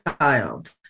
child